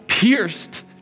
Pierced